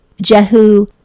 Jehu